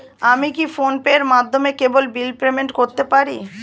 আমি কি ফোন পের মাধ্যমে কেবল বিল পেমেন্ট করতে পারি?